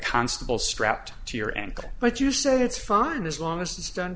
constable strapped to your ankle but you say it's fine as long as it's done